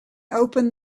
open